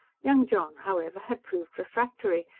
young john, however, had proved refractory,